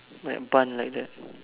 like bun like that